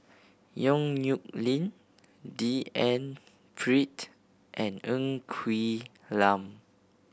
Yong Nyuk Lin D N Pritt and Ng Quee Lam